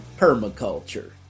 permaculture